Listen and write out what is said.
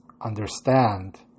understand